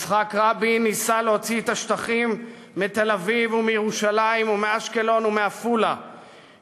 יצחק רבין ניסה להוציא את השטחים מתל-אביב ומירושלים ומאשקלון ומעפולה,